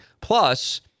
Plus